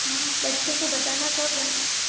हाँ हाँ बच्चों को बताना कब है